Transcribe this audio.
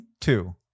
two